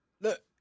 look